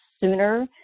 sooner